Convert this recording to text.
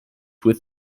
with